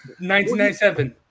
1997